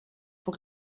pour